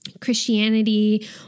Christianity